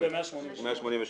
-- בצורה כזאת או אחרת,